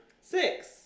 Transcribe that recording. six